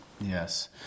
Yes